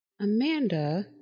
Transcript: Amanda